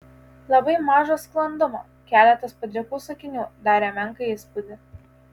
labai maža sklandumo keletas padrikų sakinių darė menką įspūdį